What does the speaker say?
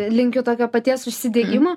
linkiu tokio paties užsidegimo